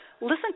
Listen